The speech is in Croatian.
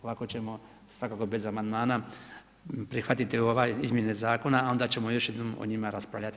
Ovako ćemo svakako bez amandmana prihvatiti ove izmjene zakona, a onda ćemo još jednom o njima raspravljati.